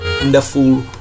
Wonderful